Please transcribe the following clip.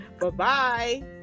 Bye-bye